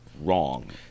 wrong